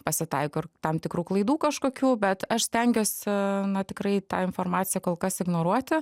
pasitaiko ir tam tikrų klaidų kažkokių bet aš stengiuosi tikrai tą informaciją kol kas ignoruoti